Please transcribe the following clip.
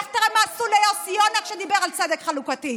לך תראה מה עשו ליוסי יונה כשדיבר על צדק חלוקתי,